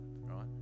right